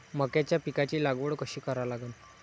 मक्याच्या पिकाची लागवड कशी करा लागन?